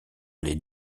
les